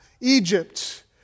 Egypt